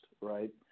right